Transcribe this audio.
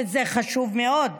וזה חשוב מאוד,